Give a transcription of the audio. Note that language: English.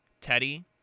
Teddy